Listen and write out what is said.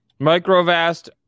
MicroVast